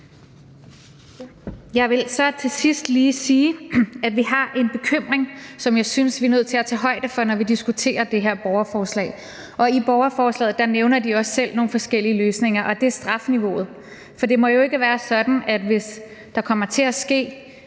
Jeg vil så til sidst lige sige, at vi har en bekymring, som jeg synes vi er nødt til at tage højde for, når vi diskuterer det her borgerforslag – i borgerforslaget nævner de også selv nogle forskellige løsninger – og det er strafniveauet. Det må jo ikke være sådan, at forældrene, hvis der kommer til at ske